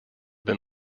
been